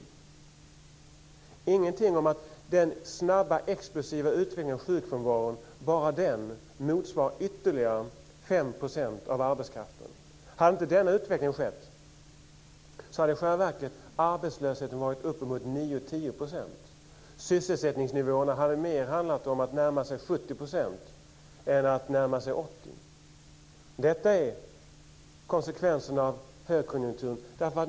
Det fanns inte heller någonting om att den explosivt snabba ökningen av sjukfrånvaron bara den motsvarar ytterligare 5 % av arbetskraften. Hade inte denna utveckling ägt rum skulle arbetslösheten i själva verket ha varit uppe i 9-10 %. Sysselsättningsnivåerna hade då mer närmat sig 70 % än 80 %. Detta är en konsekvens av högkonjunkturen.